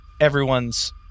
everyone's